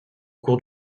cours